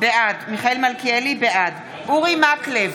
בעד אורי מקלב,